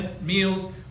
meals